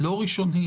לא ראשוני,